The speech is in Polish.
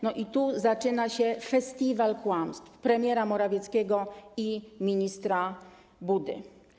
No i tu zaczyna się festiwal kłamstw premiera Morawieckiego i ministra Budy.